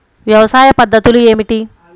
వ్యవసాయ పద్ధతులు ఏమిటి?